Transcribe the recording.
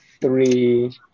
three